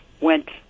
went